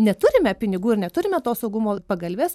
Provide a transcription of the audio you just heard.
neturime pinigų ir neturime tos saugumo pagalvės